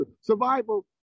Survival